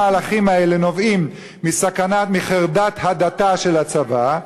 האם סגן השר מודע שכל המהלכים האלה נובעים מחרדת הדתה של הצבא?